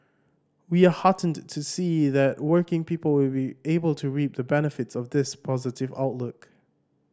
we are heartened to see that working people will be able to reap the benefits of this positive outlook